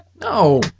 No